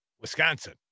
Wisconsin